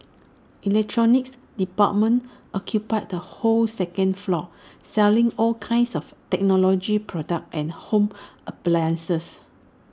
electronics department occupies the whole second floor selling all kinds of technology products and home appliances